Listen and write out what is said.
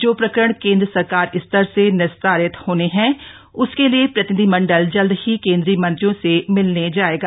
जो प्रकरण केन्द्र सरकार स्तर से निस्तारित होने हैं उसके लिए प्रतिनिधिमण्डल जल्द ही केन्द्रीय मंत्रियों से मिलने जायेगा